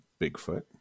Bigfoot